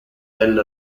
del